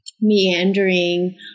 meandering